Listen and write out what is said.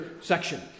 section